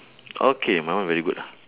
okay my one very good